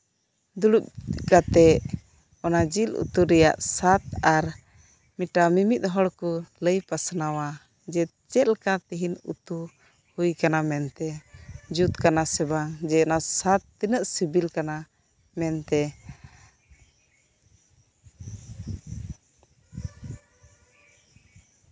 ᱫᱩᱲᱩᱯ ᱠᱟᱛᱮ ᱚᱱᱟ ᱡᱮᱹᱞ ᱩᱛᱩ ᱨᱮᱭᱟᱜ ᱫᱟᱫ ᱟᱨ ᱢᱤᱫ ᱴᱟᱝ ᱢᱤᱼᱢᱤᱫ ᱦᱚᱲ ᱠᱚ ᱞᱟᱹᱭ ᱯᱟᱥᱱᱟᱣᱟ ᱡᱮ ᱪᱮᱫ ᱞᱮᱠᱟ ᱛᱮᱦᱮᱧ ᱩᱛᱩ ᱦᱳᱭ ᱟᱠᱟᱱᱟ ᱢᱮᱱᱛᱮ ᱡᱩᱫ ᱠᱟᱱᱮ ᱥᱮ ᱵᱟᱝ ᱡᱮ ᱚᱱᱟ ᱥᱟᱫᱽ ᱛᱤᱱᱟᱹᱜ ᱥᱤᱵᱤᱞ ᱠᱟᱱᱟ ᱢᱮᱱᱛᱮ